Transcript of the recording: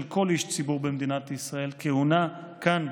כל איש ציבור במדינת ישראל: כהונה כאן,